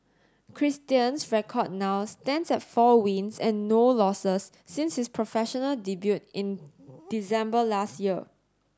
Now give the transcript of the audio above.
Christian's record now stands at four wins and no losses since his professional debut in December last year